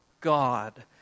God